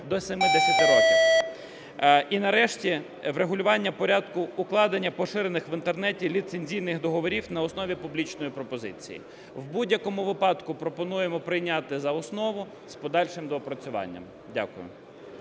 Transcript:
до 70 років. І, нарешті, врегулювання порядку укладення поширених в інтернеті ліцензійних договорів на основі публічної пропозиції. В будь-якому випадку пропонуємо прийняти за основу, з подальшим доопрацюванням. Дякую.